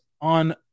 on